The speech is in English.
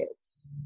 kids